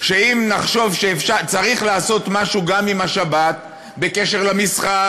שאם נחשוב שצריך לעשות משהו גם עם השבת בקשר למסחר,